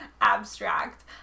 abstract